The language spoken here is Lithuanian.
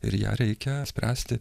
ir ją reikia spręsti